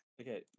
Okay